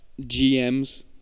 GMs